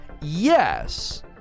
yes